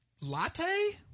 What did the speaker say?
Latte